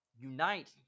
unite